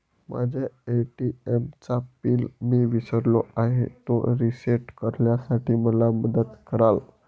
माझ्या ए.टी.एम चा पिन मी विसरलो आहे, तो रिसेट करण्यासाठी मला मदत कराल?